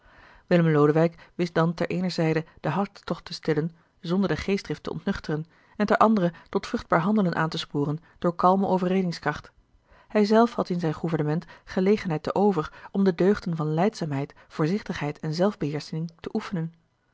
willem lodewijk wist dan ter eener zijde den hartstocht te stillen zonder de geestdrift te ontnuchteren en ter andere tot vruchtbaar handelen aan te sporen door kalme overredingskracht hij zelf had in zijn gouvernement gelegenheid te over om de deugden van lijdzaamheid voorzichtigheid en zelfbeheersching te oefenen